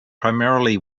primarily